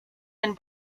and